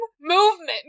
movement